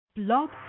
Blog